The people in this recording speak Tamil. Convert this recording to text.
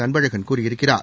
அன்பழகன் கூறியிருக்கிறார்